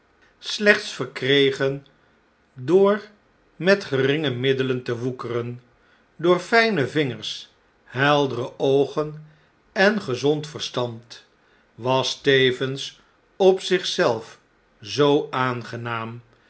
slechts verkregen door met geringe middelen te woekeren door fijne vingers heldere oogen en gezond verstand was tevens op zich zelf zoo aangenaam